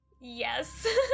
yes